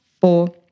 four